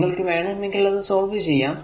നിങ്ങൾക്കു വേണമെങ്കിൽ അത് സോൾവ് ചെയ്യാം